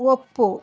ಒಪ್ಪು